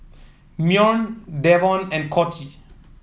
Myron Davon and Coty